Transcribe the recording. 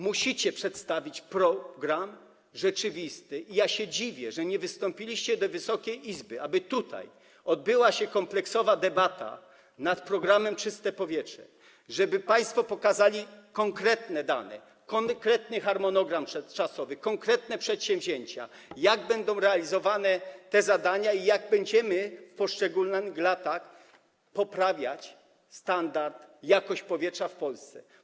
Musicie przedstawić program rzeczywisty i dziwię się, że nie wystąpiliście do Wysokiej Izby, aby tutaj odbyła się kompleksowa debata nad programem „Czyste powietrze”, żeby państwo pokazali konkretne dane, konkretny harmonogram czasowy, konkretne przedsięwzięcia, jak będą realizowane te zadania i jak będziemy w poszczególnych latach poprawiać standard, jakość powietrza w Polsce.